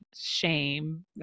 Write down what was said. shame